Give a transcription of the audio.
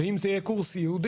אם זה יהיה קורס ייעודי,